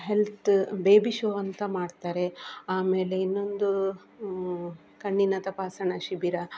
health baby show ಅಂತ ಮಾಡ್ತಾರೆ ಆಮೇಲೆ ಇನ್ನೊಂದು ಕಣ್ಣಿನ ತಪಾಸಣಾ ಶಿಬಿರ